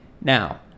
now